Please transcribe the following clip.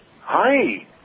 Hi